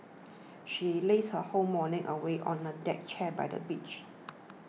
she lazed her whole morning away on a deck chair by the beach